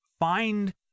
Find